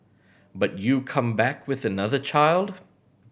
but you come back with another child